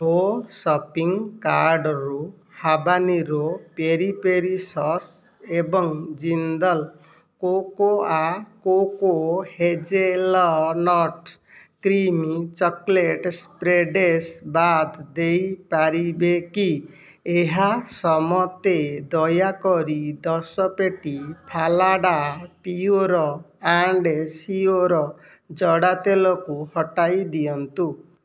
ମୋ ସପିଙ୍ଗ୍ କାର୍ଡ଼ରୁ ହାବାନୀରୁ ପେରି ପେରି ସସ୍ ଏବଂ Jindal cocoa coco hazelnut cream chocolate spreads ବାଦ୍ ଦେଇ ପରିବେ କି ଏହା ସମତେ ଦୟାକରି ଦଶ ପେଟି ଫାଲାଡ଼ା ପିଓର ଆଣ୍ଡ ସିଓର ଜଡ଼ା ତେଲକୁ ହଟାଇ ଦିଅନ୍ତୁ